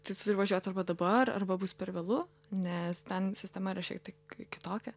tai tu turi važiuot arba dabar arba bus per vėlu nes ten sistema yra šiek tiek kitokia